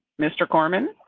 mr. carmen.